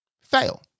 fail